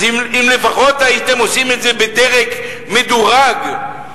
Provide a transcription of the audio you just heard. אז לפחות הייתם עושים את זה באופן מדורג,